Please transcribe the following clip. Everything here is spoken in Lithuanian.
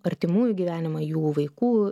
artimųjų gyvenimą jų vaikų